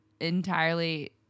entirely